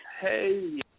Hey